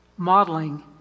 modeling